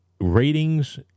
ratings